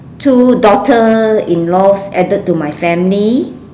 two daughter in laws added to my family